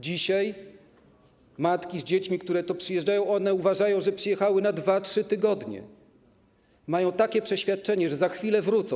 Dzisiaj matki z dziećmi, które tu przyjeżdżają, uważają, że przyjechały na 2-3 tygodnie, mają takie przeświadczenie, że za chwilę wrócą.